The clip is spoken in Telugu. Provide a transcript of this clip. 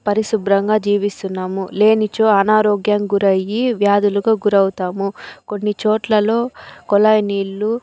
పరిశుభ్రంగా జీవిస్తున్నాము లేనిచో అనారోగ్యానికి గురై వ్యాధులకు గురవుతాము కొన్నిచోట్లలో కొళాయి నీళ్ళు